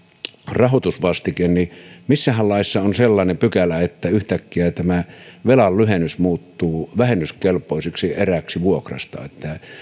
rahoitusvastike niin missähän laissa on sellainen pykälä että yhtäkkiä tämä velan lyhennys muuttuu vähennyskelpoiseksi eräksi vuokrasta